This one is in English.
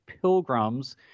pilgrims